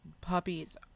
puppies